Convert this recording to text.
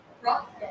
rock